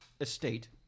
estate